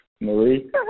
Marie